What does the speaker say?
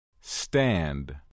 stand